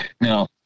Now